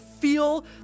feel